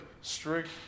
strict